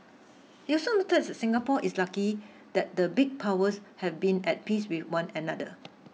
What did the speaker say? he also noted that Singapore is lucky that the big powers have been at peace with one another